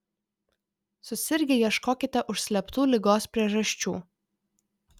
susirgę ieškokite užslėptų ligos priežasčių